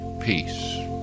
peace